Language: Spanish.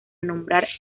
nombrar